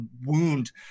wound